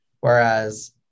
Whereas